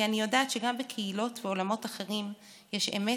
כי אני יודעת שגם בקהילות ובעולמות אחרים יש אמת,